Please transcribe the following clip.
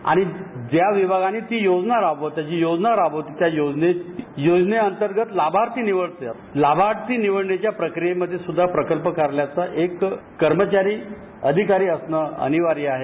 आणि ज्या विभागानी ती योजना राबविली जी योजना त्या योजनेअंतर्गत लाभार्थी निव तातए लाभार्थी निव ण्याच्या प्रक्रियेमध्ये सुद्धा प्रकल्प कार्यालयाचा एक कर्मचारीए अधिकारी असणं अनिवार्य आहे